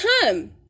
come